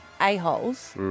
a-holes